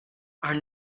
are